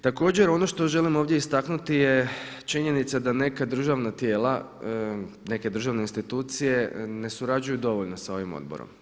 Također ono što želim ovdje istaknuti je činjenica da neka državna tijela, neke državne institucije ne surađuju dovoljno sa ovim odborom.